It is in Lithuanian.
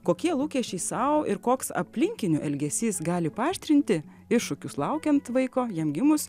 kokie lūkesčiai sau ir koks aplinkinių elgesys gali paaštrinti iššūkius laukiant vaiko jam gimus